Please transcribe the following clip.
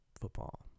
football